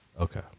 okay